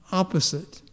opposite